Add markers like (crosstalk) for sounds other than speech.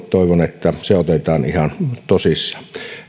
(unintelligible) toivon että se otetaan ihan tosissaan